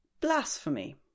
Blasphemy